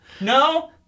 no